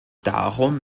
darum